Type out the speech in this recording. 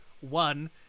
one